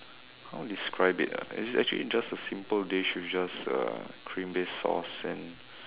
how to describe it ah actually actually it's just a simple dish with just uh cream based sauce and